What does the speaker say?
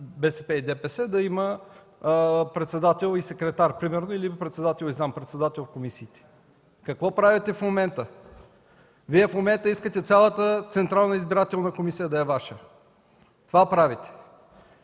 БСП и ДПС, да имат председател и секретар, примерно, или председател и заместник-председател в комисиите. Какво правите в момента? В момента Вие искате цялата Централна избирателна комисия да е Ваша. Това правите.